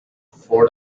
for